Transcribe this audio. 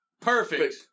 perfect